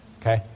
Okay